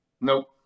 Nope